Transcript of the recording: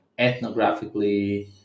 ethnographically